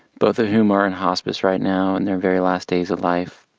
both of whom are in hospice right now in their very last days of life.